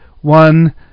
one